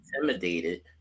intimidated